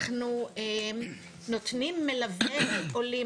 אנחנו נותנים מלווי עולים,